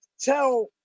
tell